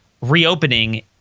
reopening